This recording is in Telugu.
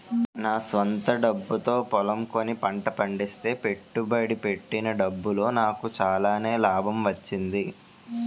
నా స్వంత డబ్బుతో పొలం కొని పంట పండిస్తే పెట్టుబడి పెట్టిన డబ్బులో నాకు చాలానే లాభం వచ్చింది